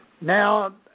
Now